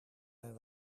mijn